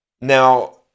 Now